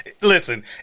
Listen